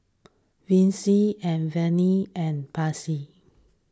Vicy and Vernia and Marcie